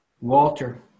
Walter